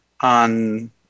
on